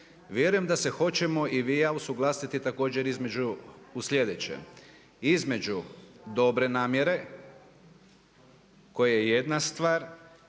Vjerujem da se hoćemo i vi i ja usuglasiti također između, u slijedećem između dobre namjere koje je jedna stvar